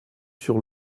sur